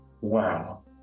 wow